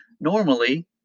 normally